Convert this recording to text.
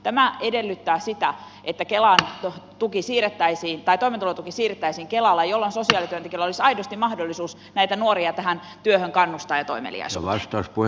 tämä edellyttää sitä että toimeentulotuki siirrettäisiin kelalle jolloin sosiaalityöntekijöillä olisi aidosti mahdollisuus näitä nuoria työhön ja toimeliaisuuteen kannustaa